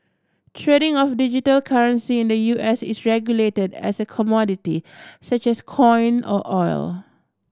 trading of digital currency in the U S is regulated as a commodity such as corn or oil